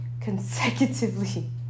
consecutively